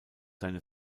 seine